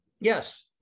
Yes